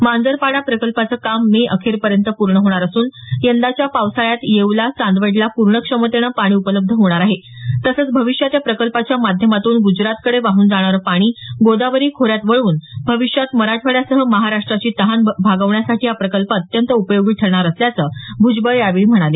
मांजरपाडा प्रकल्पाचं काम मे अखेर पर्यंत पूर्ण होणार असून यंदाच्या पावसाळ्यात येवला चांदवडला पूर्ण क्षमतेनं पाणी उपलब्ध होणार आहे तसंच भविष्यात या प्रकल्पाच्या माध्यमातून गुजरातकडे वाहून जाणारं पाणी गोदावरी खोऱ्यात वळवून भविष्यात मराठवाड्यासह महाराष्ट्राची तहान भवण्यासाठी हा प्रकल्प अत्यंत उपयोगी ठरणार असल्याचं भ्जबळ यावेळी म्हणाले